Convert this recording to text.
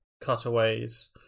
cutaways